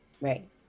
Right